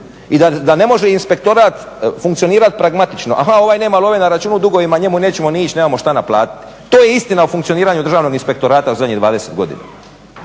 i da ne može inspektorat funkcionirat pragmatično. Aha, ovaj nema love na računu, u dugovima je, njemu nećemo ni ići, nemamo šta naplatiti. To je istina o funkcioniranju Državnog inspektorata u zadnjih 20 godina,